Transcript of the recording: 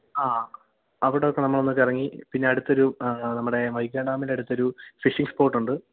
ആ അവിടൊക്കെ നമ്മൾ ഒന്ന് കറങ്ങി പിന്നെ അടുത്തൊരു നമ്മുടെ വൈഗാ ഡാമിനടുത്തൊരു ഫിഷിങ്ങ് സ്പോട്ടൊണ്ട്